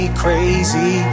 crazy